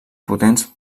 potents